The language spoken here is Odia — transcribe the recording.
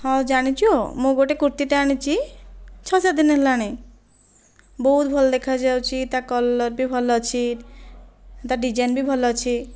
ହଁ ଜାଣିଚୁ ମୁଁ ଗୋଟେ କୁର୍ତ୍ତିଟେ ଆଣିଛି ଛ ସାତ ଦିନ ହେଲାଣି ବହୁତ ଭଲ ଦେଖା ଯାଉଚି ତା କଲର ବି ଭଲ ଅଛି ତା ଡିଜାଇନ ବି ଭଲ ଅଛି